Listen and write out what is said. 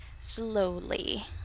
slowly